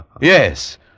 Yes